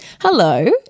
Hello